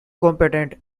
competent